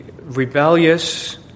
rebellious